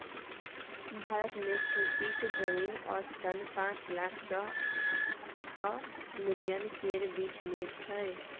भारत मे खेतीक जमीन औसतन पाँच लाख सँ छअ मिलियन केर बीच मे छै